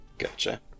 Gotcha